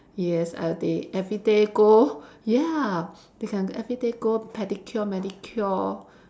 yes uh they everyday go ya they can every day go pedicure manicure